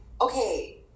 okay